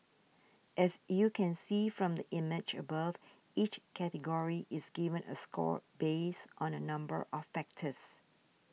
as you can see from the image above each category is given a score based on a number of factors